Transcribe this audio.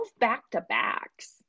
back-to-backs